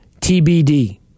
TBD